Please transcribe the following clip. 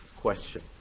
question